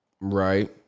right